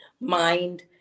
mind